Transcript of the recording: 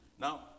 now